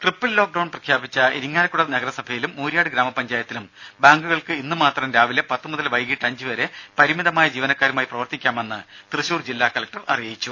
രേര triple lockdown പ്രഖ്യാപിച്ച ഇരിങ്ങാലക്കുട നഗരസഭയിലും മുരിയാട് ഗ്രാമപഞ്ചായത്തിലും ബാങ്കുകൾക്ക് ഇന്ന്മാത്രം രാവിലെ പത്ത് മുതൽ വൈകീട്ട് അഞ്ച് വരെ പരിമിതമായ ജീവനക്കാരുമായി പ്രവർത്തിക്കാമെന്ന് തൃശൂർ ജില്ലാ കലക്ടർ അറിയിച്ചു